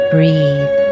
Breathe